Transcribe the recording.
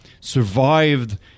survived